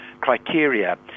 criteria